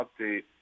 update